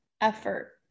effort